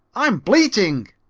i'm bleating.